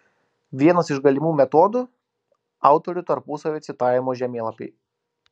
vienas iš galimų metodų autorių tarpusavio citavimo žemėlapiai